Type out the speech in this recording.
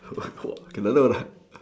oh my god okay